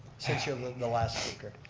since you're the last speaker.